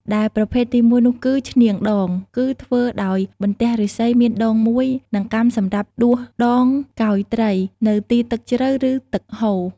ដែលប្រភេទទីមួយនោះគឺ ឈ្នាងដង គឹធ្វើដោយបន្ទះឫស្សីមានដង១ និងកាំសម្រាប់ដួសដងកោយត្រី នៅទីទឹកជ្រៅ ឬទឹកហូរ។